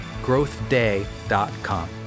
growthday.com